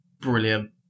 brilliant